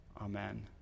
Amen